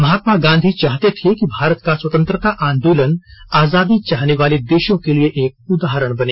महात्मा गांधी चाहते थे कि भारत का स्वतंत्रता आंदोलन आजादी चाहने वाले देशों के लिए एक उदाहरण बने